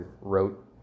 wrote